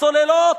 הסוללות,